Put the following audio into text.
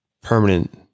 permanent